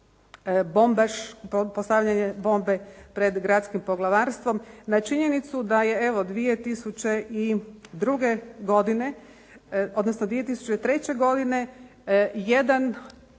postavljanje bombe pred gradskim poglavarstvom, na činjenicu da je evo 2002. godine,